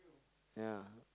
ya